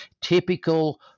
typical